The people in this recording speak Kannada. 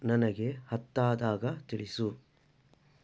ನನಗೆ ಹತ್ತಾದಾಗ ತಿಳಿಸು